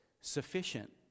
sufficient